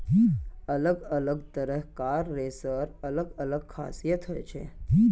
अलग अलग तरह कार रेशार अलग अलग खासियत हछेक